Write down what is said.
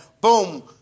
Boom